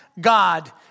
God